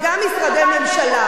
וגם משרדי ממשלה.